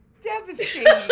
Devastating